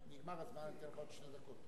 נגמר הזמן, אתן לך עוד שתי דקות.